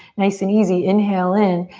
nice and easy, inhale in.